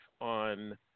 on